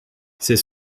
c’est